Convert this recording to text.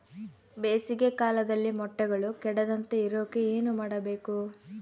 ಬೇಸಿಗೆ ಕಾಲದಲ್ಲಿ ಮೊಟ್ಟೆಗಳು ಕೆಡದಂಗೆ ಇರೋಕೆ ಏನು ಮಾಡಬೇಕು?